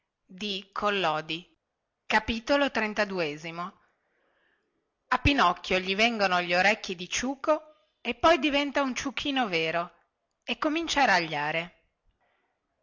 malumore a pinocchio gli vengono gli orecchi di ciuco e poi diventa un ciuchino vero e comincia a ragliare